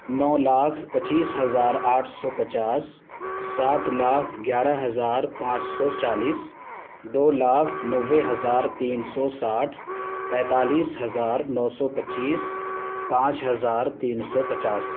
نو لاکھ پچیس ہزار آٹھ سو پچاس سات لاکھ گیارہ ہزار پانچ سو چالیس دو لاکھ نوے ہزار تین سو ساٹھ پینتالیس ہزار نو سو پچیس پانچ ہزار تین سو پچاس